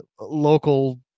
local